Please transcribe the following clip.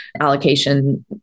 allocation